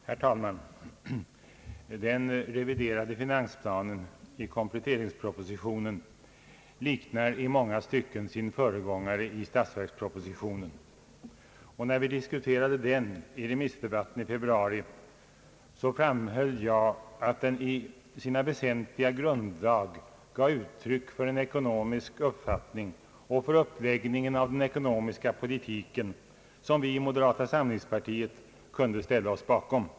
Herr talman! Den reviderade finansplanen i kompletteringspropositionen liknar i många stycken sin föregångare i statsverkspropositionen. När vi i februari diskuterade den i remissdebatten framhöll jag att den i sina väsentliga grunddrag gav uttryck för en ekonomisk uppfattning och för en uppläggning av den ekonomiska politiken som vi i moderata samlingspartiet kunde ställa oss bakom.